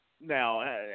Now